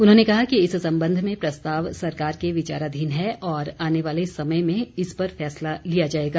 उन्होंने कहा कि इस संबंध में प्रस्ताव सरकार के विचाराधीन है और आने वाले समय में इस पर फैसला लिया जाएगा